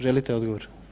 Želite odgovor?